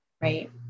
right